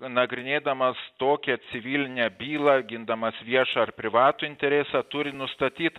nagrinėdamas tokią civilinę bylą gindamas viešą ar privatų interėsą turi nustatyt